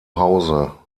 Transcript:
hause